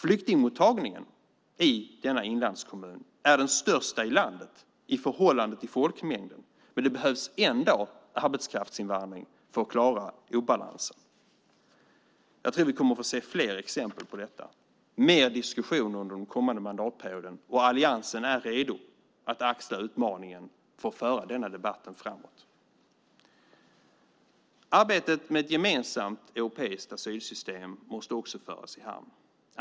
Flyktingmottagningen i denna inlandskommun är den största i landet i förhållande till folkmängden. Det behövs ändå arbetskraftsinvandring för att klara obalansen. Jag tror att vi kommer att få se fler exempel på detta och mer diskussion under den kommande mandatperioden. Alliansen är redo att axla utmaningen att föra denna debatt framåt. Arbetet med ett gemensamt europeiskt asylsystem måste också föras i hamn.